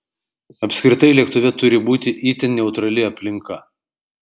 apskritai lėktuve turi būti itin neutrali aplinka